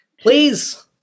Please